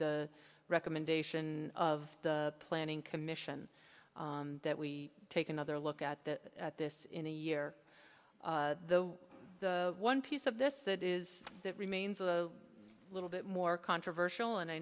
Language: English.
the recommendation of the planning commission that we take another look at the at this in a year though the one piece of this that is that remains a little bit more controversial and i